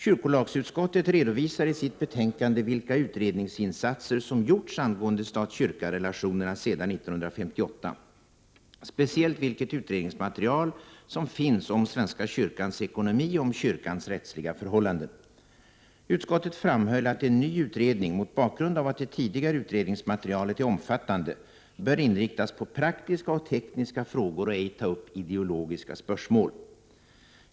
Kyrkolagsutskottet redovisade i sitt betänkande vilka utredningsinsatser som gjorts angående stat-kyrkarelationerna sedan 1958, speciellt vilket utredningsmaterial som finns om svenska kyrkans ekonomi och om kyrkans rättsliga förhållanden. Utskottet framhöll att en ny utredning, mot bakgrund av att det tidigare utredningsmaterialet är omfattande, bör inriktas på praktiska och tekniska frågor och ej ta upp ideologiska spörsmål.